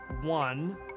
one